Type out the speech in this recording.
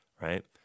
right